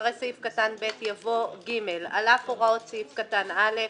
"(2)אחרי סעיף קטן (ב) יבוא: "(ג)על אף הוראות סעיף קטן (א),